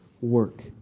work